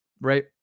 right